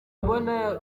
mbona